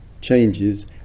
changes